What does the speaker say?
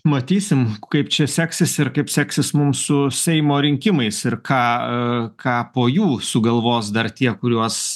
matysim kaip čia seksis ir kaip seksis mums su seimo rinkimais ir ką ką po jų sugalvos dar tie kuriuos